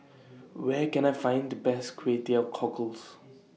Where Can I Find The Best Kway Teow Cockles